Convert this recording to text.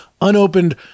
unopened